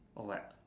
or what